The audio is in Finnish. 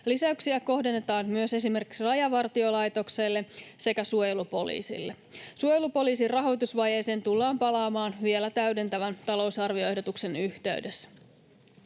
Lisäyksiä kohdennetaan myös esimerkiksi Rajavartiolaitokselle sekä suojelupoliisille. Suojelupoliisin rahoitusvajeeseen tullaan palaamaan vielä täydentävän talousarvioehdotuksen yhteydessä.